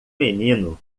menino